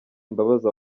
imbabazi